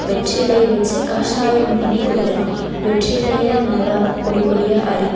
வெற்றிலை வச்சி கசாயம் பண்ணி குடிக்கலாம் வெற்றிலையை நல்லா பொடி பொடியாக அரி